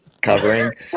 covering